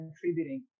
contributing